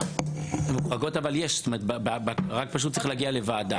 הן מוחרגות אבל צריך להגיע לוועדה.